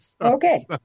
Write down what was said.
Okay